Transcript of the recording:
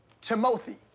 Timothy